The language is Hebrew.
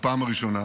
בפעם הראשונה,